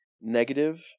negative